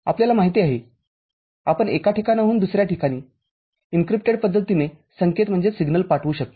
आपल्याला माहिती आहे आपण एका ठिकाणाहून दुसर्या ठिकाणी एनक्रिप्टेड पद्धतीने संकेत पाठवू शकता